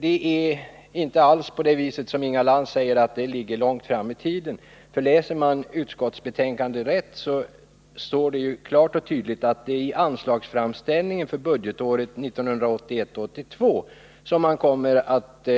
Det är inte alls så som Inga Lantz säger, att det ligger långt fram i tiden, för läser man utskottsbetänkandet rätt finner man att det klart och tydligt står att byggforskningsrådet i anslagsframställningen för budgetåret 1981/82 kommer att